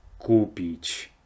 kupić